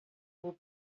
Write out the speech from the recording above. will